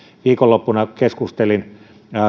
viikonloppuna keskustelin